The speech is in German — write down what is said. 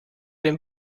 den